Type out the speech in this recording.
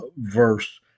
verse